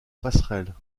passerelle